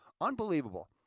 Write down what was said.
unbelievable